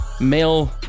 male